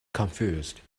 confused